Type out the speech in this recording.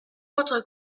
votre